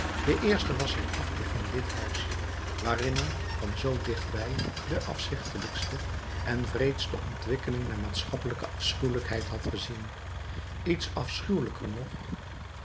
de eerste was zijn afkeer van dit huis waarin hij van zoo dichtbij de afzichtelijkste en wreedste ontwikkeling der maatschappelijke afschuwelijkheid had gezien iets afschuwelijker nog